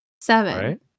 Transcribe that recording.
Seven